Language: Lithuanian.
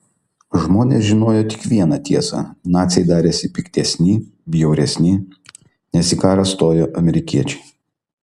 žmonės žinojo tik vieną tiesą naciai darėsi piktesni bjauresni nes į karą stojo amerikiečiai